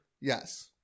Yes